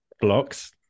Blocks